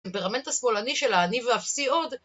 טמפרמנט השמאלני של העניב והאפסי עוד